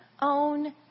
own